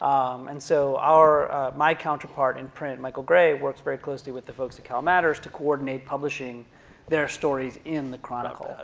um and so my counterpart in print, michael gray works very closely with the folks at calmatters to coordinate publishing their stories in the chronicle.